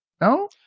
No